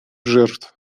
жертв